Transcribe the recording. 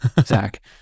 Zach